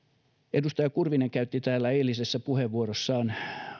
edustaja kurvinen käytti täällä eilisessä puheenvuorossaan